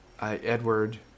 Edward